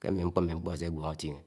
ke ḿḿeḱpo̱ m̃m̃ekpo ãsegwọno̱ átinhe.